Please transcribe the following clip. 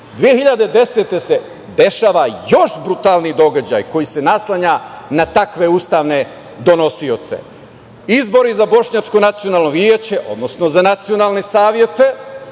2010. se dešava još brutalniji događaj koji se naslanja na takve ustavne donosioce. Izbori za Bošnjačko nacionalno vjeće, odnosno za nacionalne savete